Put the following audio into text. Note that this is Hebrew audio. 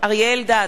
אריה אלדד,